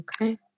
Okay